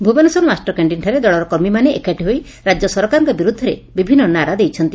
ଭୁବନେଶ୍ୱର ମାଷ୍ଟରକ୍ୟାକ୍ଷିନ୍ଠାରେ ଦଳର କର୍ମୀମାନେ ଏକାଠି ହୋଇ ରାଜ୍ୟ ସରକାରଙ୍କ ବିରୁଦ୍ଧରେ ବିଭିନୁ ନାରା ଦେଇଛନ୍ତି